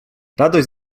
radość